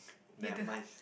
you do